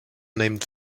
named